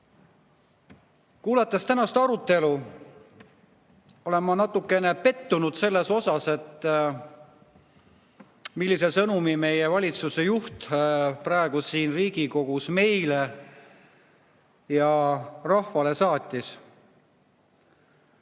Kuulates tänast arutelu, olen natukene pettunud selles osas, millise sõnumi meie valitsuse juht praegu siin Riigikogus meile ja rahvale saatis.